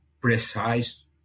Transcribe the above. precise